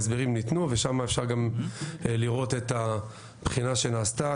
ההסברים ניתנו ושם אפשר גם לראות את הבחינה שנעשתה.